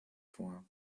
vor